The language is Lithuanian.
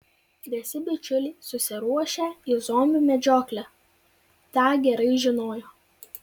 visi bičiuliai susiruošę į zombių medžioklę tą gerai žinojo